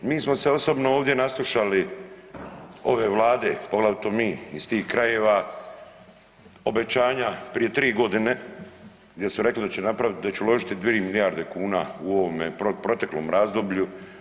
Mi smo se osobno ovdje naslušali ove Vlade, poglavito mi iz tih krajeva, obećanja prije 3 godine gdje su rekli da će napraviti, da će uložiti 3 milijarde kuna u ovome proteklom razdoblju.